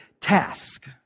task